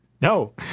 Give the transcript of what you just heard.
No